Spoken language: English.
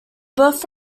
birth